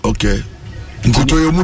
Okay